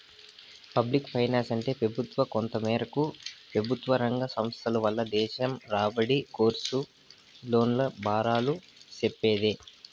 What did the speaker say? public ఫైనాన్సంటే పెబుత్వ, కొంతమేరకు పెబుత్వరంగ సంస్థల వల్ల దేశం రాబడి, కర్సు, లోన్ల బారాలు సెప్పేదే